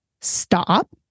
stop